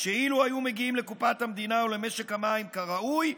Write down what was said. שאילו היו מגיעים לקופת המדינה ולמשק המים כראוי,